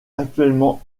actuellement